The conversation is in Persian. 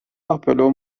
آپولو